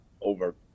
over